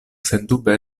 sendube